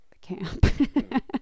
camp